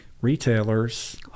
retailers